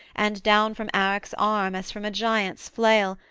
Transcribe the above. and down from arac's arm, as from a giant's flail,